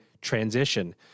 transition